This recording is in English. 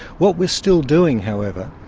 what we are still doing, however,